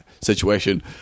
Situation